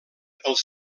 pels